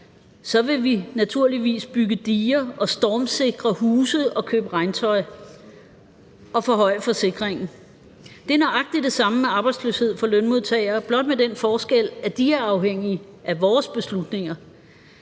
så vil vi naturligvis bygge diger og stormsikre huse og købe regntøj og forhøje forsikringen. Det er nøjagtig det samme med arbejdsløshed for lønmodtagere, blot med den forskel, at de er afhængige af vores beslutninger.